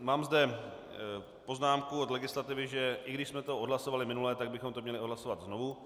Mám zde poznámku od legislativy, že i když jsme to odhlasovali minule, tak bychom to měli odhlasovat znovu.